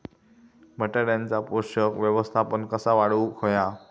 बटाट्याचा पोषक व्यवस्थापन कसा वाढवुक होया?